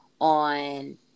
on